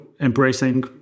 embracing